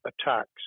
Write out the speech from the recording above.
attacks